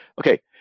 Okay